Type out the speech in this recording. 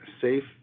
safe